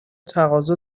تقاضا